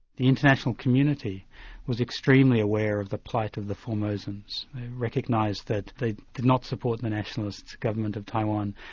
the international community was extremely aware of the plight of the formosans. they recognised that they did not support the nationalist government of taiwan,